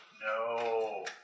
No